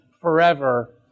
forever